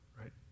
right